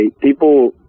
people